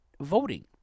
voting